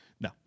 No